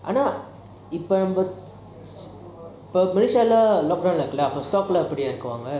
அனா இப்போ இப்போ:ana ipo ipo malasiya lah lockdown lah இருக்கு:iruku lah அப்போ:apo stock லாம் எப்பிடி இருக்கும்:lam epidi irukum